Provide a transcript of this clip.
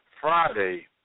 Friday